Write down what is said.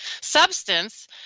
substance